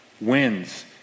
wins